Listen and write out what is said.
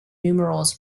numerals